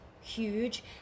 huge